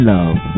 Love